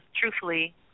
truthfully